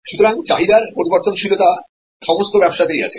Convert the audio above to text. সুতরাং চাহিদার পরিবর্তনশীলতা সমস্ত ব্যবসায়েই আছে